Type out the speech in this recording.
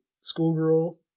schoolgirl